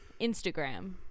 Instagram